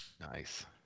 Nice